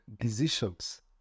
decisions